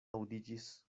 aŭdiĝis